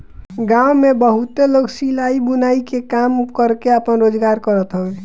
गांव में बहुते लोग सिलाई, बुनाई के काम करके आपन रोजगार करत हवे